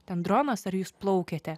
ten dronas ar jūs plaukėte